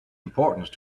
importance